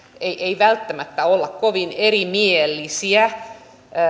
ei ei välttämättä olla kovin erimielisiä